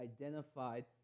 identified